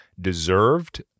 deserved